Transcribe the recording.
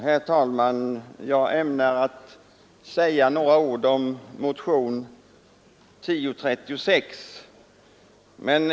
Herr talman! Jag ämnar säga några ord om motionen 1036.